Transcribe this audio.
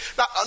now